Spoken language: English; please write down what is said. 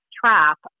trap